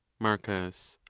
marcus.